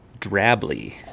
drably